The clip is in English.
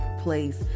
place